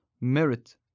merit